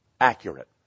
accurate